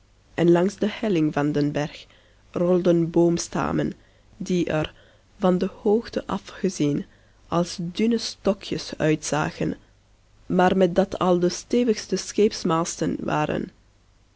en langs de helling van den berg rolden boomstammen die er van de hoogte af gezien als dunne stokjes uitzagen maar met dat al de stevigste scheepsmasten waren